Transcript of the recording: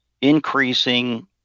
increasing